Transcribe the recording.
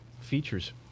features